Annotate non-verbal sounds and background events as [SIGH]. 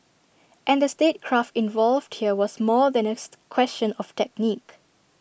and the statecraft involved here was more than A [UNINTELLIGIBLE] question of technique